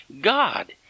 God